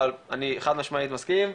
אבל אני חד משמעית מסכים.